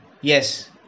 Yes